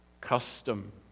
custom